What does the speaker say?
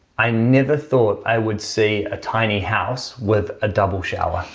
i never thought i would see a tiny house with a double shower.